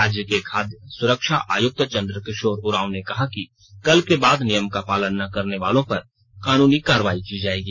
राज्य के खाद्य सुरक्षा आयुक्त चंद्रकिशोर उरांव ने कहा कि कल के बाद नियम का पालन न करने वालों पर कानूनी कार्रवाई की जाएगी